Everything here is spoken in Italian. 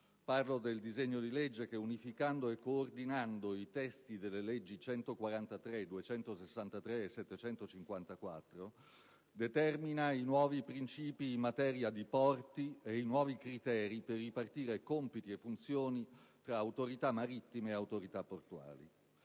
Parlo del disegno di legge che, unificando e coordinando i testi dei disegni di legge nn. 143, 263 e 754, determina i nuovi principi in materia di porti e i nuovi criteri per ripartire compiti e funzioni tra autorità marittime e autorità portuali.